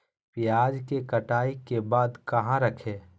प्याज के कटाई के बाद कहा रखें?